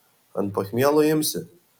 ant pachmielo imsi